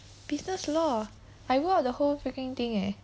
business law I wrote out the whole freaking thing eh